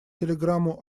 телеграмму